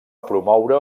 promoure